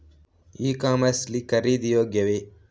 E commerce ಲ್ಲಿ ಖರೀದಿ ಯೋಗ್ಯವೇ?